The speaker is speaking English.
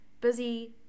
busy